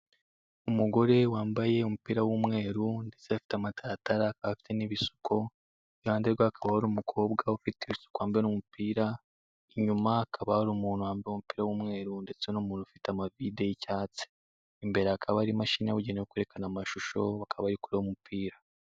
Umugore wambaye umupira w'umweru, ndetse afite amataratara, akaba afite n'ibisuko, iruhande rwe hakaba hari umukobwa ufite ibisuko wambaye n'umupira, inyuma hakaba hari umuntu wambaye umupira w'umweru, ndetse n'umuntu ufite amavide y'icyatsi; imbere hakaba hari imashini yabugenewe yo kwerekana amashusho, bakaba bari kureba umupira.